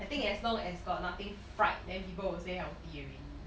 I think it as long as got nothing fried then people will say healthy already